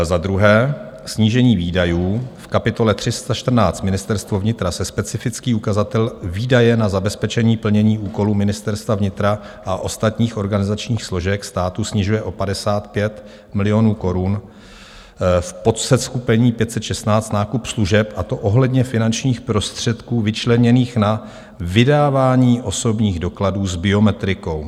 Za druhé, snížení výdajů v kapitole 314 Ministerstvo vnitra se specifický ukazatel Výdaje na zabezpečení plnění úkolů Ministerstva vnitra a ostatních organizačních složek státu snižuje o 55 milionů korun v podseskupení 516 Nákup služeb, a to ohledně finančních prostředků vyčleněných na vydávání osobních dokladů s biometrikou.